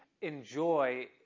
enjoy